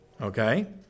Okay